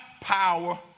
power